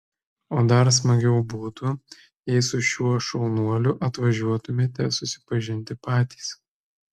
o dar smagiau būtų jei su šiuo šaunuoliu atvažiuotumėte susipažinti patys